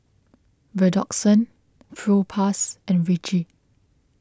Redoxon Propass and Vichy